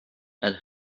and